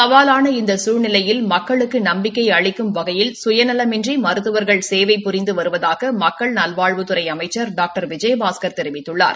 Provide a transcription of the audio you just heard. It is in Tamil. சவாவான இந்த சூழ்நிலையில் மக்களுக்கு நம்பிக்கை அளிக்கும் வகையில் சுயநலமின்றி மருத்துவர்கள் சேவை புரிந்து வருவதாக மக்கள் நல்வாழ்வுத்துறை அமைச்சர் டாக்டர் விஜயபாஸ்கர் தெரிவிததுள்ளார்